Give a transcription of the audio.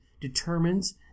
determines